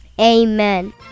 Amen